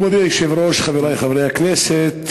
כבוד היושב-ראש, חברי חברי הכנסת,